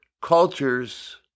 cultures